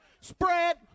Spread